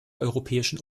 europäischen